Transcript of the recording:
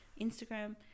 Instagram